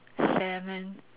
salmon